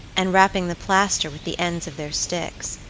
and rapping the plaster with the ends of their sticks,